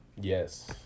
Yes